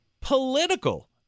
political